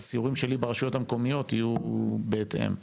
הסיורים לי ברשויות המקוימות יהיו בהתאם.